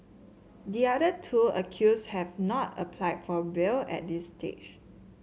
the other two accused have not applied for bail at this stage